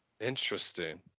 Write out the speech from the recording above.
Interesting